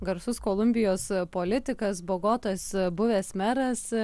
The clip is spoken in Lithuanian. garsus kolumbijos politikas bogotos buvęs meras